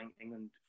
England